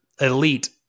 elite